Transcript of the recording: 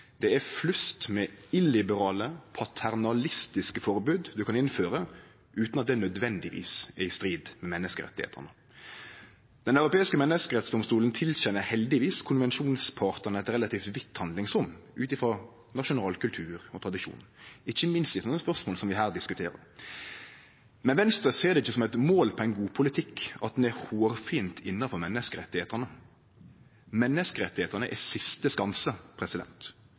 er det flust med illiberale, paternalistiske forbod ein kan innføre, utan at dei nødvendigvis er i strid med menneskerettane. Den europeiske menneskerettsdomstolen tilkjenner heldigvis konvensjonspartane eit relativt vidt handlingsrom, ut frå nasjonal kultur og tradisjonar – ikkje minst i sånne spørsmål som vi her diskuterer. Men Venstre ser det ikkje som eit mål på ein god politikk at han er hårfint innanfor menneskerettane. Menneskerettane er siste skanse,